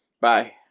Bye